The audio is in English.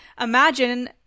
imagine